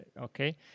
Okay